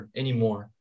anymore